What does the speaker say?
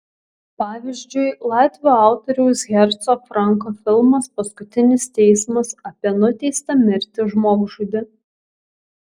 pavyzdžiui latvių autoriaus herco franko filmas paskutinis teismas apie nuteistą mirti žmogžudį